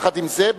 עם זה,